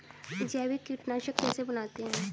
जैविक कीटनाशक कैसे बनाते हैं?